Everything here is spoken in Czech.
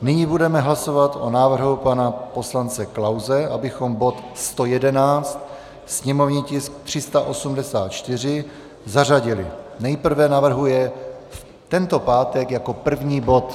Nyní budeme hlasovat o návrhu pana poslance Klause, abychom bod 111, sněmovní tisk 384, zařadili nejprve navrhuje tento pátek jako první bod.